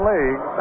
League